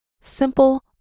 simple